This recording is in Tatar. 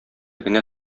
генә